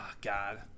God